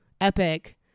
epic